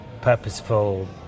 purposeful